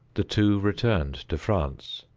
the two returned to france,